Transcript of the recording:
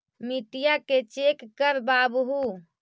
मिट्टीया के चेक करबाबहू?